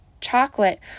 chocolate